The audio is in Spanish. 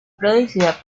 producida